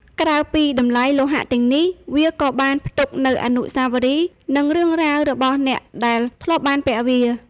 ក្រៅពីតម្លៃលោហៈទាំងនេះ វាក៏បានផ្ទុកនូវ អនុស្សាវរីយ៍ និង រឿងរ៉ាវ របស់អ្នកដែលធ្លាប់បានពាក់វា។